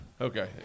Okay